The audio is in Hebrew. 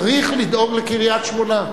צריך לדאוג לקריית-שמונה,